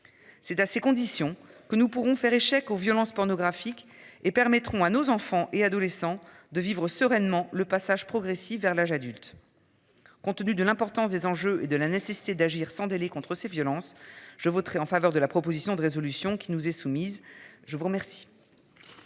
C'est à ces conditions que nous pourrons faire échec aux violences pornographique et permettront à nos enfants et adolescents de vivre sereinement le passage progressif vers l'âge adulte. Compte tenu de l'importance des enjeux de la nécessité d'agir sans délai contre ces violences. Je voterai en faveur de la proposition de résolution qui nous est soumise. Je vous remercie.